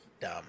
Dumb